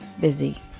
busy